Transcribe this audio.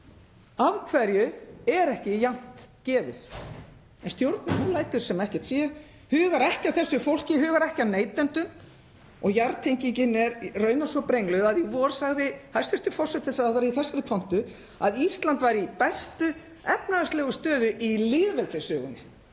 Af hverju er ekki jafnt gefið? En stjórnin lætur sem ekkert sé. Hugar ekki að þessu fólki, hugar ekki að neytendum. Jarðtengingin er raunar svo brengluð að í vor sagði forsætisráðherra í þessari pontu að Ísland væri í bestu efnahagslegu stöðu í lýðveldissögunni.